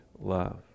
love